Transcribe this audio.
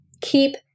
keep